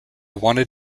wanted